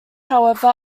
however